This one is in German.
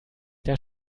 der